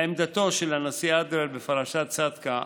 לעמדתו של הנשיא אדלר בפרשת צדקא,